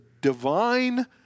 divine